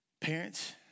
Parents